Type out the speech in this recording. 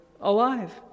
alive